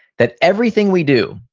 that everything we do,